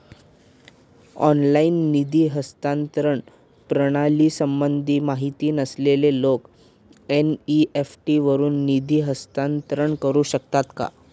Online निधी हस्तांतरण प्रणालीसंबंधी माहिती नसलेले लोक एन.इ.एफ.टी वरून निधी हस्तांतरण करू शकतात का?